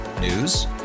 News